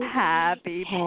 Happy